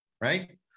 right